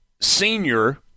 senior